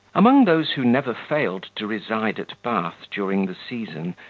among those who never failed to reside at bath during the season,